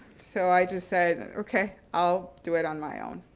so i just said, and okay, i'll do it on my own.